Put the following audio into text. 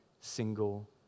single